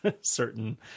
certain